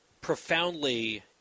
profoundly